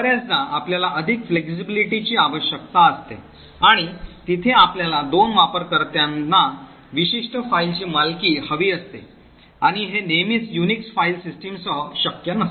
बर्याचदा आपल्याला अधिक flexibility ची आवश्यकता असते आणि तिथे आपल्याला दोन वापरकर्त्यांना विशिष्ट फाइलची मालकी हवी असते आणि हे नेहमीच युनिक्स फाइल सिस्टमसह शक्य नसते